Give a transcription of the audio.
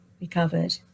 recovered